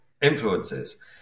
influences